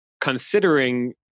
considering